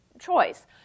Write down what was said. choice